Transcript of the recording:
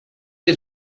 his